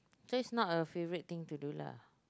so it's not a favourite thing to do lah